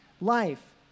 life